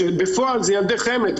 כשבפועל אלו ילדי חמ"ד,